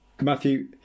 Matthew